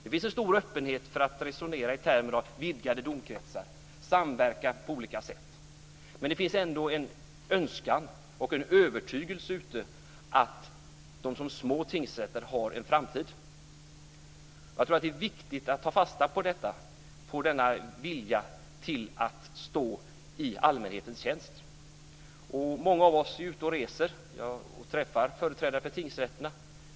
Det finns en stor öppenhet för att resonera i termer av vidgade domkretsar och samverkan på olika sätt. Men det finns ändå en önskan och en övertygelse om att de som små tingsrätter har en framtid. Jag tror att det är viktigt att ta fasta på denna vilja att stå i allmänhetens tjänst. Många av oss är ute och reser och träffar företrädare för tingsrätterna.